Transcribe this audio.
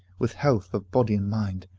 with health of body and mind?